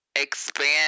expand